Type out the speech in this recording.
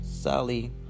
Sally